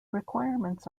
requirements